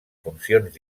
funcions